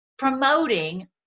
promoting